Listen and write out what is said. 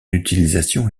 utilisation